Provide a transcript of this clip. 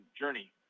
journey